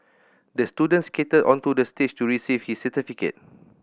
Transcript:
the student skated onto the stage to receive his certificate